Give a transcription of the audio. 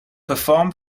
perform